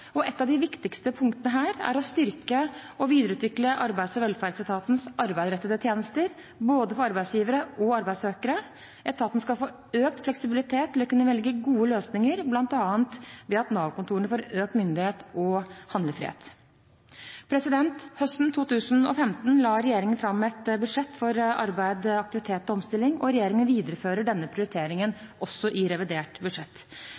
Et av de viktigste punktene her er å styrke og videreutvikle Arbeids- og velferdsetatens arbeidsrettede tjenester både for arbeidsgivere og arbeidssøkere. Etaten skal få økt fleksibilitet til å kunne velge gode løsninger, bl.a. ved at Nav-kontorene får økt myndighet og handlefrihet. Høsten 2015 la regjeringen fram et budsjett for arbeid, aktivitet og omstilling, og regjeringen viderefører denne prioriteringen også i revidert budsjett.